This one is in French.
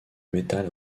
métal